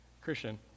Christian